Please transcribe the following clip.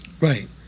Right